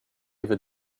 ever